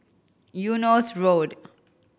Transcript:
Eunos Road